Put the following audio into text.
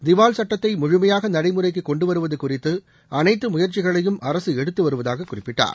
திவால் சட்டத்தை முழுமையாக நடைமுறைக்குக் கொண்டு வருவது குறித்து அனைத்து முயற்சிகளையும் அரசு எடுத்து வருவதாகக் குறிப்பிட்டார்